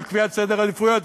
של קביעת סדר העדיפויות?